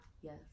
Yes